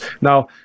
now